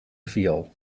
viool